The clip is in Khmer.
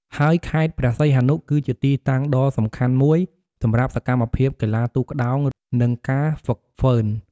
ហើយខេត្តព្រះសីហនុ គឺជាទីតាំងដ៏សំខាន់មួយសម្រាប់សកម្មភាពកីឡាទូកក្ដោង និងការហ្វឹកហ្វឺន។